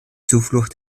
zuflucht